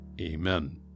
Amen